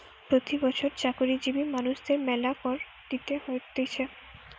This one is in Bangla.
প্রতি বছর চাকরিজীবী মানুষদের মেলা কর দিতে হতিছে